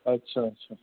अच्छा अच्छा